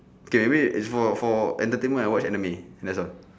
okay maybe if for for entertainment I watch anime that's all